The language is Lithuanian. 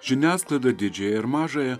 žiniasklaida didžiąją ir mažąją